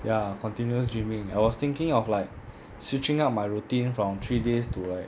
ya continuous dreaming I was thinking of like switching up my routine from three days to like